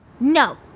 No